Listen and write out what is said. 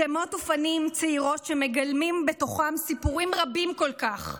שמות ופנים צעירות שמגלמים בתוכם סיפורים רבים כל כך,